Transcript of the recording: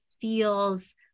feels